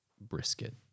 brisket